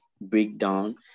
breakdown